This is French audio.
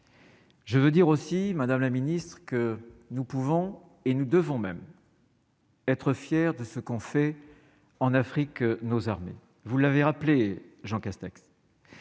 Je veux dire aussi, Madame la Ministre, que nous pouvons et nous devons même. être fiers de ce qu'on fait en Afrique, nos armées, vous l'avez rappelé Jean Castex.